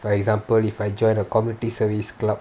for example if I join a community service club